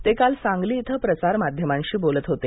ते काल सांगली इथं प्रसार माध्यमांशी बोलत होते